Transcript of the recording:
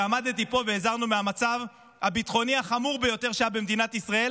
ועמדתי פה והזהרנו מהמצב הביטחוני החמור ביותר שהיה במדינת ישראל.